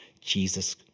Jesus